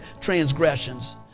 transgressions